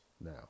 now